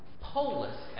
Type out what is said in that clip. polis